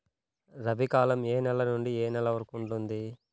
రబీ కాలం ఏ నెల నుండి ఏ నెల వరకు ఉంటుంది?